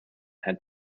had